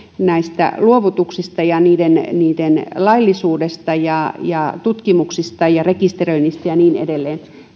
näistä luovutuksista ja niiden laillisuudesta ja ja tutkimuksista ja rekisteröinnistä ja niin edelleen